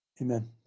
Amen